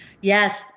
Yes